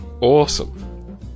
Awesome